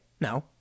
No